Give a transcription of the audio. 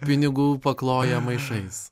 pinigų pakloja maišais